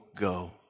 go